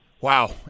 Wow